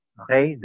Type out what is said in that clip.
okay